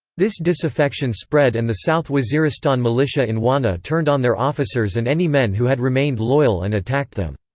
this disaffection spread and the south waziristan militia in wana turned on their officers and any men who had remained loyal and attacked them.